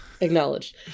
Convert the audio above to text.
Acknowledged